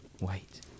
wait